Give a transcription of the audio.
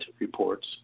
reports